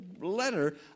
letter